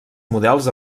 models